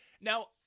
Now